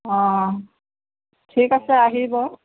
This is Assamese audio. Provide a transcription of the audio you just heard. অঁ ঠিক আছে আহিব